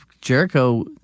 Jericho